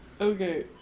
Okay